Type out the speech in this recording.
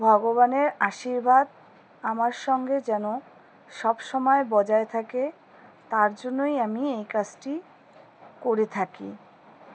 ভগবানের আশীর্বাদ আমার সঙ্গে যেন সব সময় বজায় থাকে তার জন্যই আমি এই কাজটি করে থাকি